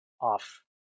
off